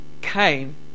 came